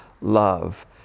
love